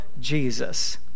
Jesus